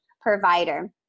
provider